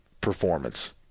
performance